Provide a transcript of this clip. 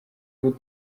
ubu